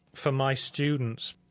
for my students,